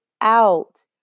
out